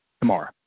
tomorrow